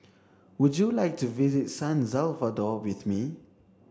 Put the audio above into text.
would you like to visit San Salvador with me